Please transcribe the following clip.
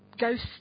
ghost